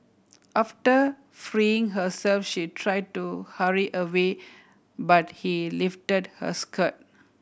after freeing herself she tried to hurry away but he lifted her skirt